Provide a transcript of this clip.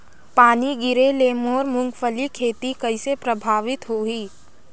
पानी गिरे ले मोर मुंगफली खेती कइसे प्रभावित होही?